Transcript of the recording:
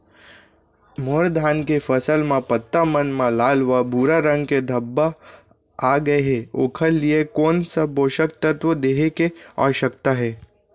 मोर धान के फसल म पत्ता मन म लाल व भूरा रंग के धब्बा आप गए हे ओखर लिए कोन स पोसक तत्व देहे के आवश्यकता हे?